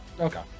Okay